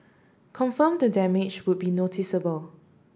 confirm the damage would be noticeable